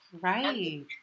Right